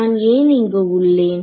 நான் ஏன் இங்கு உள்ளேன்